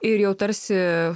ir jau tarsi